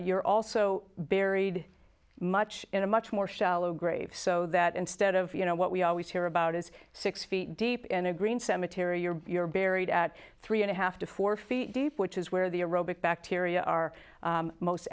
you're also buried much in a much more shallow grave so that instead of you know what we always hear about is six feet deep and a green cemetery you're buried at three and a half to four feet deep which is where the aerobics bacteria are most